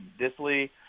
Disley